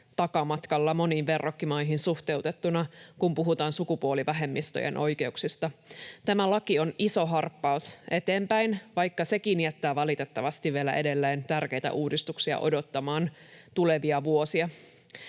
takamatkalla moniin verrokkimaihin suhteutettuna, kun puhutaan sukupuolivähemmistöjen oikeuksista. Tämä laki on iso harppaus eteenpäin, vaikka sekin jättää valitettavasti vielä edelleen tärkeitä uudistuksia odottamaan tulevia vuosia.